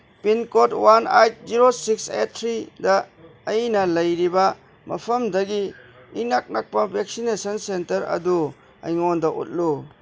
pincode one eight zero six eight ꯊ꯭ꯔꯤꯗ ꯑꯩꯅ ꯂꯩꯔꯤꯕ ꯃꯐꯝꯗꯒꯤ ꯏꯅꯛ ꯅꯛꯄ ꯕꯦꯛꯁꯤꯅꯦꯁꯟ ꯁꯦꯟꯇꯔ ꯑꯗꯨ ꯑꯩꯉꯣꯟꯗ ꯎꯠꯂꯨ